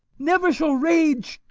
never shall rage,